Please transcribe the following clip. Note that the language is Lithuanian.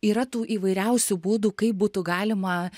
yra tų įvairiausių būdų kaip būtų galima